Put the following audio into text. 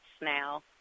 now